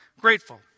grateful